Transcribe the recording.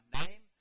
name